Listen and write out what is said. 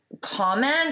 Comment